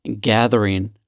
gathering